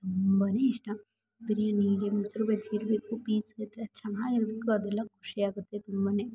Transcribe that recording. ತುಂಬಾ ಇಷ್ಟ ಬಿರಿಯಾನಿಗೆ ಮೊಸರು ಬಜ್ಜಿ ಇರಬೇಕು ಪೀಸ್ ಜೊತೆ ಚೆನ್ನಾಗಿರ್ಬೇಕು ಅದೆಲ್ಲ ಖುಷಿಯಾಗುತ್ತೆ ತುಂಬ